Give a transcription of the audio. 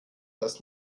dass